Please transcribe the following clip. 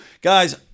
Guys